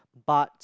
but